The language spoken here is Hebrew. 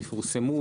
יפורסמו,